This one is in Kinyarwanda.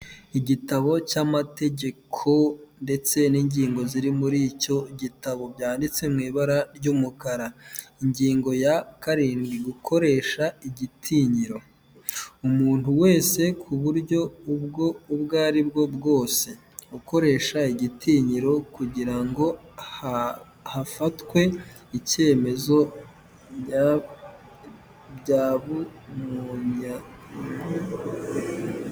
Igitabo cy'amategeko ndetse n'ingingo ziri muri icyo gitabo byanditse mu ibara ry'umukara, ingingo ya karindwi gukoresha igitinyiro, umuntu wese ku buryo ubwo ubwo ari bwo bwose ukoresha igitinyiro kugira ngo hafatwe icyemezo byabumuya.